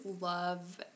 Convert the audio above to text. love